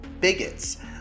Bigots